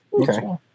Okay